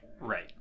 Right